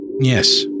Yes